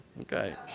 Okay